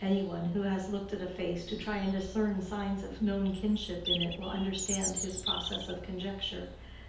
any one who has looked at a face to try and discern signs of known kinship in it will understand his process of conjecture